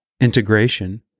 integration